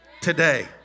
today